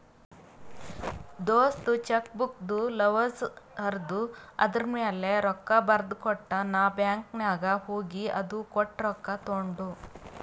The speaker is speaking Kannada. ದೋಸ್ತ ಚೆಕ್ಬುಕ್ದು ಲಿವಸ್ ಹರ್ದು ಅದೂರ್ಮ್ಯಾಲ ರೊಕ್ಕಾ ಬರ್ದಕೊಟ್ಟ ನಾ ಬ್ಯಾಂಕ್ ನಾಗ್ ಹೋಗಿ ಅದು ಕೊಟ್ಟು ರೊಕ್ಕಾ ತೊಂಡು